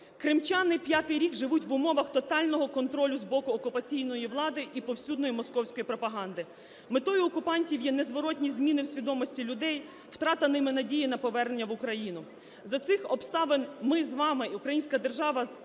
Кримчани п'ятий рік живуть в умовах тотального контролю з боку окупаційної влади і повсюдної московської пропаганди. Метою окупантів є незворотні зміни в свідомості людей, втрата ними надії на повернення в Україну. За цих обставин ми з вами і українська держава,